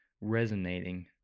resonating